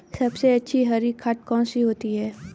सबसे अच्छी हरी खाद कौन सी होती है?